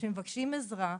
שמבקשים עזרה.